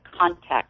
context